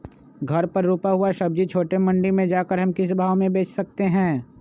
घर पर रूपा हुआ सब्जी छोटे मंडी में जाकर हम किस भाव में भेज सकते हैं?